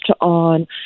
on